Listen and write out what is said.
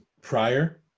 prior